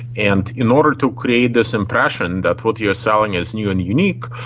and in order to create this impression that what you are selling is new and unique,